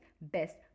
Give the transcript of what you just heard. best